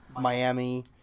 Miami